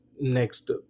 next